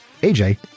AJ